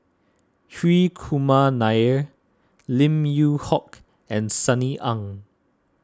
Hri Kumar Nair Lim Yew Hock and Sunny Ang